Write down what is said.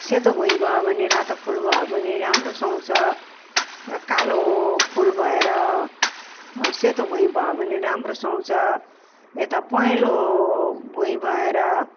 सेतो भुइँ भयो भने रातो फुल भयो भने राम्रो सुहाउँछ कालो फुल भएर सेतो भुइँ भयो भने राम्रो सुहाउँछ एता पहेलो भुइँ भएर